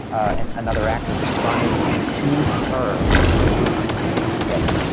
and another actor responding to her, as if we were playing a scene together.